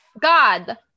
God